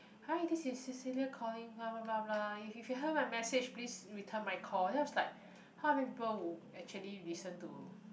hi this is cecillia calling blah blah blah blah if you have heard my message please return my call it was like how many people would actually listen to